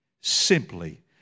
simply